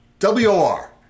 W-O-R